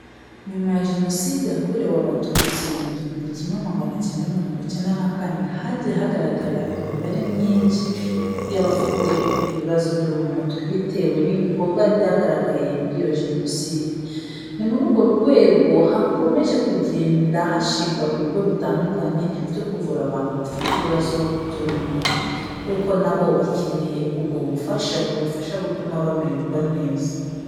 Nyuma ya Jenoside yakorewe Abatutsi mu gihumbi kimwe magana cyenda mirongo cyenda na kane hagiye hagaragara imibare myinshi y'abafite ibibazo byo mu mutwe bitewe n'ibikorwa byagaragaye muri iyo Jenoside. Ni muri urwo rwego hakomeje kugenda hashingwa ibigo bitandukanye byo kuvura abantu bafite ibibazo byo mu mutwe kuko na bo bakeneye ubwo bufasha bubafasha gutuma bamererwa neza.